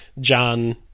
John